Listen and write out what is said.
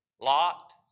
Lot